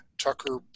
Tucker